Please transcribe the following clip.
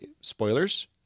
Spoilers